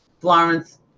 Florence